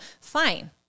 fine